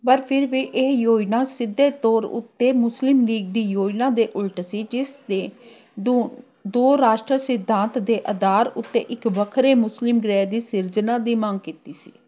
ਪਰ ਫਿਰ ਵੀ ਇਹ ਯੋਜਨਾ ਸਿੱਧੇ ਤੌਰ ਉੱਤੇ ਮੁਸਲਿਮ ਲੀਗ ਦੀ ਯੋਜਨਾ ਦੇ ਉਲਟ ਸੀ ਜਿਸ ਦੇ ਦੋ ਦੋ ਰਾਸ਼ਟਰ ਸਿਧਾਂਤ ਦੇ ਅਧਾਰ ਉੱਤੇ ਇੱਕ ਵੱਖਰੇ ਮੁਸਲਿਮ ਗ੍ਰਹਿ ਦੀ ਸਿਰਜਣਾ ਦੀ ਮੰਗ ਕੀਤੀ ਸੀ